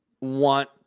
want